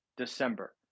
December